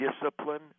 Discipline